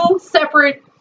separate